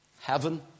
heaven